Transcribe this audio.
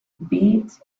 beat